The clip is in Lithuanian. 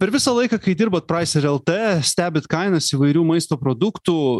per visą laiką kai dirbat praiser lt stebit kainas įvairių maisto produktų